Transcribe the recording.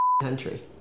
country